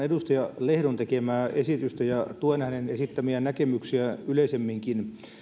edustaja lehdon tekemää esitystä ja tuen hänen esittämiään näkemyksiä yleisemminkin